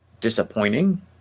disappointing